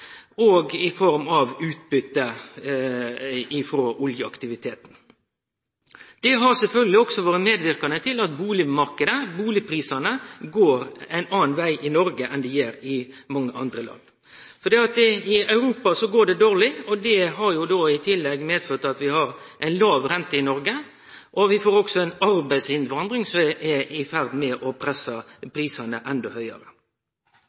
og i form av utbytte frå oljeaktiviteten. Det har sjølvsagt også vore medverkande til at bustadprisane går ein annan veg i Noreg enn i mange andre land. I Europa går det dårleg, og det har medført at vi har låg rente i Noreg. Vi har også ei arbeidsinnvandring som er i ferd med å presse prisane endå